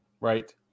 right